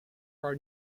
are